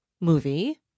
movie